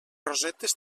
rosetes